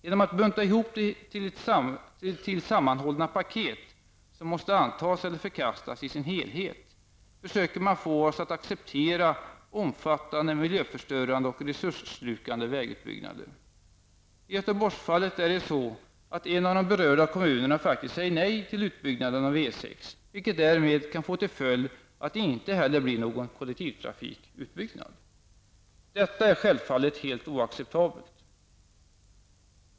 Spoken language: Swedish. Genom att bunta ihop det till sammanhållna paket som måste antas eller förkastas i sin helhet, försöker man få oss att acceptera omfattande miljöförstörande och resursslukande vägutbyggnader. I Göteborgsfallet är det så att en av de berörda kommunerna faktiskt säger nej till utbyggnaden av E 6, vilket kan få till följd att det inte heller blir någon kollektivtrafikutbyggnad. Detta är självfallet helt oacceptabelt.